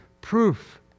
proof